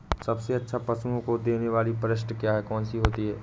सबसे अच्छा पशुओं को देने वाली परिशिष्ट क्या है? कौन सी होती है?